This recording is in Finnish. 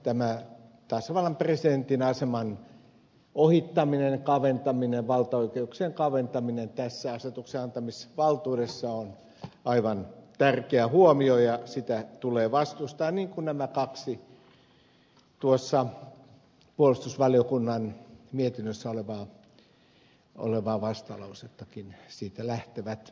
tämä tasavallan presidentin aseman ohittaminen valtaoikeuksien kaventaminen tässä asetuksenantamisvaltuudessa on aivan tärkeä huomio ja sitä tulee vastustaa niin kuin nämä kaksi puolustusvaliokunnan mietinnössä olevaa vastalausettakin siitä lähtevät